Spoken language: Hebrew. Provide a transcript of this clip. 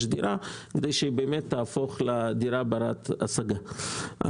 דירה כדי שהיא באמת תהפוך לדירה ברת השגה.